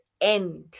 end